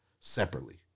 separately